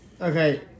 Okay